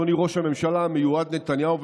אדוני ראש הממשלה המיועד נתניהו,